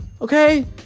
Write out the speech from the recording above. Okay